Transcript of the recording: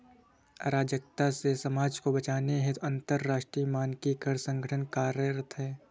अराजकता से समाज को बचाने हेतु अंतरराष्ट्रीय मानकीकरण संगठन कार्यरत है